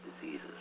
diseases